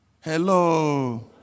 Hello